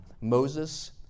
Moses